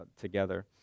together